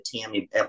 Tammy